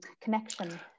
connection